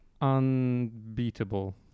unbeatable